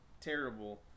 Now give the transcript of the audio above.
terrible